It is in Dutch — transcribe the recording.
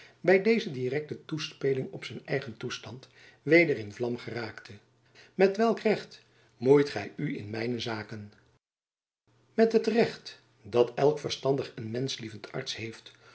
by deze direkte toespeling op zijn eigen toestand weder in vlam geraakte met welk recht moeit gy u in mijne zaken jacob van lennep elizabeth musch met het recht dat elk verstandig en menschlievend arts heeft